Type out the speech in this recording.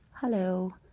Hello